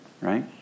Right